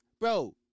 bro